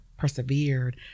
persevered